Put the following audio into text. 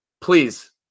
Please